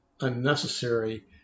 unnecessary